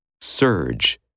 Surge